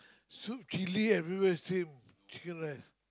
soup chilli every where same chicken rice